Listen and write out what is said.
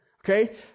Okay